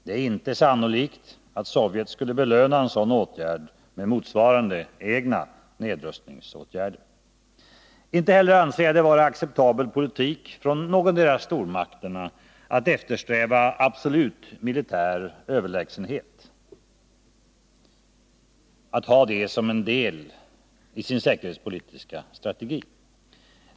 Det är inte sannolikt att Sovjet skulle belöna en sådan åtgärd med motsvarande egna nedrustningsåtgärder. Inte heller anser jag det vara acceptabel politik från någondera stormakten att som en del av sin säkerhetspolitiska strategi eftersträva absolut militär överlägsenhet.